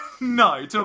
No